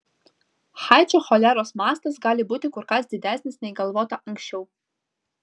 haičio choleros mastas gali būti kur kas didesnis nei galvota anksčiau